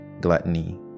gluttony